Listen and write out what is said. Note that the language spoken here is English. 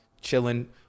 chilling